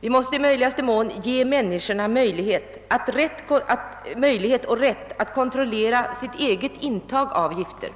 Vi måste i möjligaste mån ge människorna möjlighet och rätt att begränsa och kontrollera sitt eget intag av gifter.